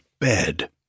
bed